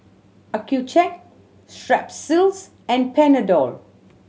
Accucheck Strepsils and Panadol